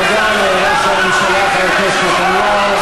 תודה לראש הממשלה חבר הכנסת נתניהו.